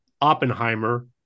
Oppenheimer